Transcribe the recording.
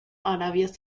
arabia